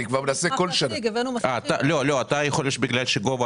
בגלל גובה